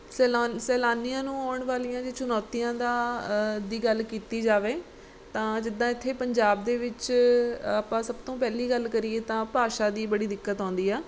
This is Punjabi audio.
ਸੈਲਾਨੀ ਸੈਲਾਨੀਆਂ ਨੂੰ ਆਉਣ ਵਾਲੀਆਂ ਜੇ ਚੁਣੌਤੀਆਂ ਦਾ ਦੀ ਗੱਲ ਕੀਤੀ ਜਾਵੇ ਤਾਂ ਜਿੱਦਾਂ ਇੱਥੇ ਪੰਜਾਬ ਦੇ ਵਿੱਚ ਆਪਾਂ ਸਭ ਤੋਂ ਪਹਿਲੀ ਗੱਲ ਕਰੀਏ ਤਾਂ ਭਾਸ਼ਾ ਦੀ ਬੜੀ ਦਿੱਕਤ ਆਉਂਦੀ ਆ